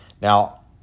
Now